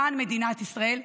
למען מדינת ישראל,